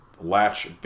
latch